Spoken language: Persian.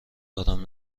دارم